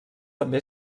també